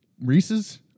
Reese's